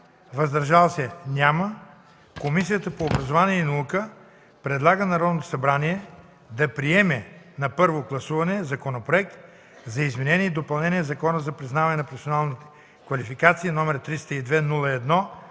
„въздържали се”, Комисията по образованието и науката предлага на Народното събрание да приеме на първо гласуване Законопроект за изменение и допълнение на Закона за признаване на професионални квалификации, № 302-01-53,